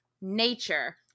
nature